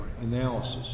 analysis